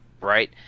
right